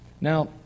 Now